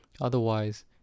otherwise